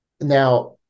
Now